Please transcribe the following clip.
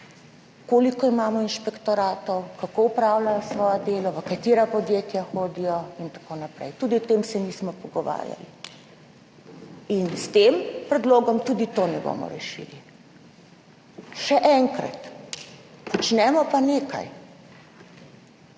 koliko imamo inšpektoratov, kako opravljajo svoje delo, v katera podjetja hodijo in tako naprej. Tudi o tem se nismo pogovarjali in s tem predlogom tudi tega ne bomo rešili. Še enkrat, počnemo pa nekaj.